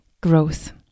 growth